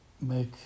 make